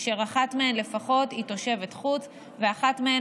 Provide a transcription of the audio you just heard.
אשר אחת מהן לפחות היא תושבת חוץ ואחת מהן